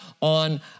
on